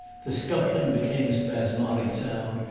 the scuffling became a spasmodic sound,